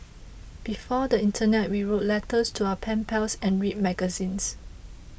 before the internet we wrote letters to our pen pals and read magazines